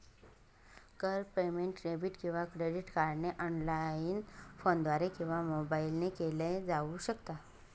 कर payment debit किंवा credit कार्डने ऑनलाइन, फोनद्वारे किंवा मोबाईल ने केल जाऊ शकत